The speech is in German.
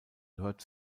gehört